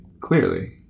Clearly